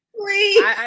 Please